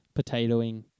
potatoing